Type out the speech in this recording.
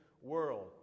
world